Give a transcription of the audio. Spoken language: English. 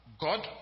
God